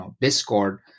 Discord